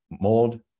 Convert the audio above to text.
mold